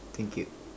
thank you